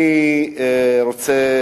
העניין הזה,